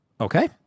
okay